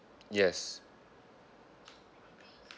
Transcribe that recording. yes